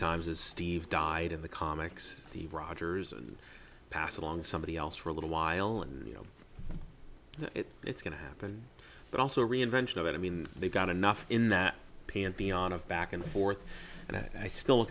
times as steve died in the comics rogers and pass along somebody else for a little while and you know it's going to happen but also reinvention of it i mean they've got enough in the pantheon of back and forth and i still